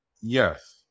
Yes